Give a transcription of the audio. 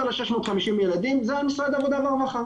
ל-650 ילדים זה משרד העבודה והרווחה.